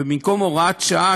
ובמקום הוראת שעה,